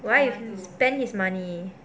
why you have to spend his money ya